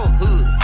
hood